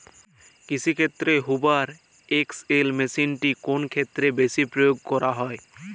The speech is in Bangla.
কৃষিক্ষেত্রে হুভার এক্স.এল মেশিনটি কোন ক্ষেত্রে বেশি প্রয়োগ করা হয়?